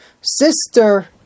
Sister